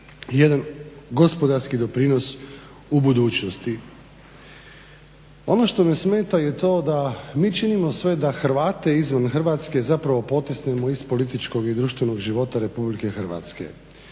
jedan gospodarski doprinos u budućnosti. Ono što me smeta je to da mi činimo sve da Hrvate izvan Hrvatske zapravo potisnemo iz političkog i društvenog života RH. Jer kako